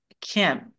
Kim